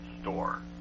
store